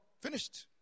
Finished